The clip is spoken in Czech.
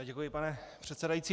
Děkuji, pane předsedající.